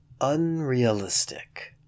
Unrealistic